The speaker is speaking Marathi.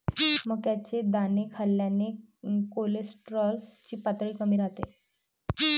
मक्याचे दाणे खाल्ल्याने कोलेस्टेरॉल ची पातळी कमी राहते